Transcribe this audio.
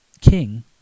King